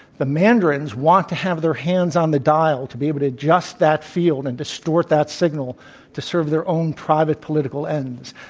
the mandarins want to have their hands on the dial to be able to adjust that field and distort that signal to serve their own private political ends.